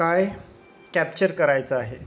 काय कॅप्चर करायचं आहे